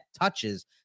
touches